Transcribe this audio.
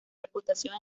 reputación